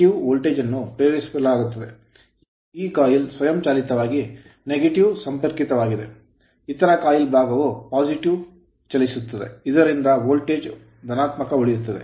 ಈ coil coil ಸ್ವಯಂಚಾಲಿತವಾಗಿ negative ಋಣಾತ್ಮಕಕ್ಕೆ ಸಂಪರ್ಕಿತವಾಗಿದೆ ಇತರ ಕಾಯಿಲ್ ಭಾಗವು positive ಧನಾತ್ಮಕಕ್ಕೆ ಚಲಿಸುತ್ತದೆ ಇದರಿಂದ ವೋಲ್ಟೇಜ್ positive ಧನಾತ್ಮಕವಾಗಿ ಉಳಿಯುತ್ತದೆ